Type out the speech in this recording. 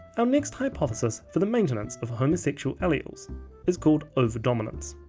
um next hypothesis for the maintenance of homosexual alleles is called over dominance.